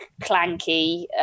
clanky